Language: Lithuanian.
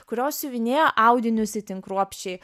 kurios siuvinėjo audinius itin kruopščiai